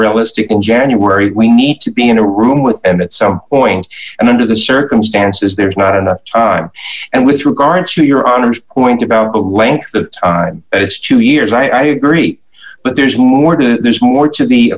realistic in january we need to be in a room with and at some point and under the circumstances there's not enough time and with regard to your honor's went about the length of time it's two years i agree but there's more to this more to